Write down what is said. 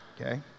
okay